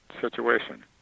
situation